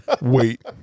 wait